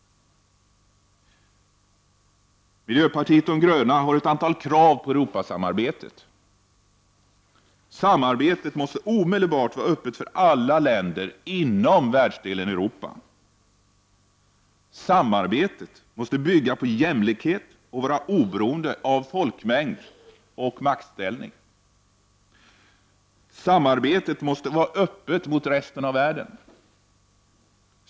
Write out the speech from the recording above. Miljöpartiet de gröna har ställt ett antal krav på Europasamarbetet: — Samarbetet måste omedelbart vara öppet för alla länder inom världsdelen Europa. — Samarbetet måste bygga på jämlikhet och vara oberoende av folkmängd och maktställning. — Samarbetet måste vara öppet mot resten av världen.